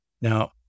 Now